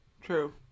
True